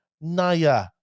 naya